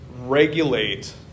regulate